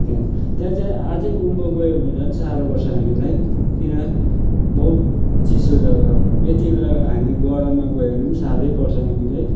त्यहाँ त्यहाँ चाहिँ अझै उभो गयो भने झन् साह्रो पर्छ हामीलाई किन बहुत चिसो जग्गा हो यति बेला हामी गरममा गयो भने पनि साह्रै पर्छ हामीलाई